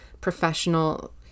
professional